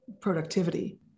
productivity